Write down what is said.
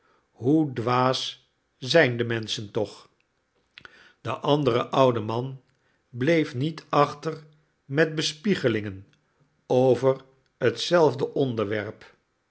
hoe dwaas zijn de menschen toch de andere oude man bleef niet achter met bespiegelingen over hetzelfde onderwerp